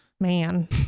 Man